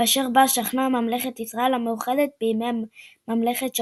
ואשר בה שכנה ממלכת ישראל המאוחדת בימי ממלכת שאול,